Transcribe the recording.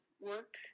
work